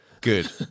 good